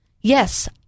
yes